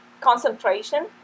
Concentration